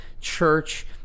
church